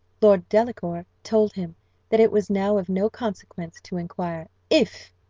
lord delacour told him that it was now of no consequence to inquire. if,